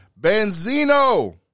Benzino